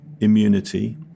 immunity